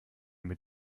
mit